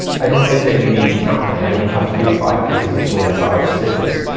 i don't think that you need to count them. you only have to do five, because there's only five stitches.